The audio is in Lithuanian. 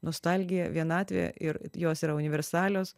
nostalgija vienatvė ir jos yra universalios